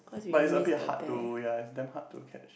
but it's a bit hard to ya it's damn hard to catch